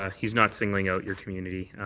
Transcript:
ah he's not singling out your community.